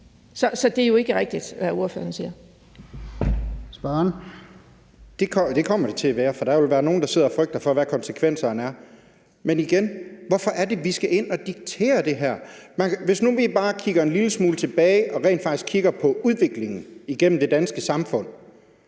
Kl. 13:51 Kristian Bøgsted (DD): Det kommer det til at være, for der vil være nogle, der sidder og frygter, hvad konsekvenserne er. Men igen vil jeg sige: Hvorfor er det, vi skal ind og diktere det her? Hvis nu vi bare kigger en lille smule tilbage og rent faktisk kigger på udviklingen i det danske samfund,